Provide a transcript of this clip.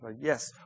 Yes